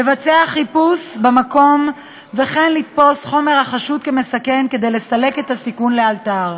לבצע חיפוש במקום וכן לתפוס חומר החשוד כמסכן כדי לסלק את הסיכון לאלתר.